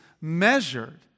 measured